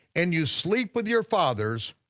and you sleep with your fathers,